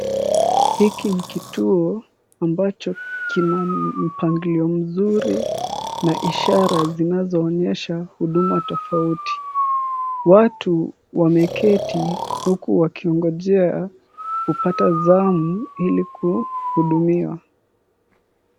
Hiki ni kituo ambacho kina mpangilio mzuri na ishara zinazoonyesha huduma tofauti. Watu wameketi huku wakiongojea kupata zamu ili kuhudumiwa.